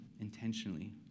intentionally